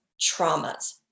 traumas